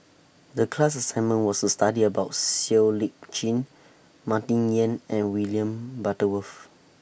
The class assignment was to study about Siow Lee Chin Martin Yan and William Butterworth